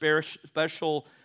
special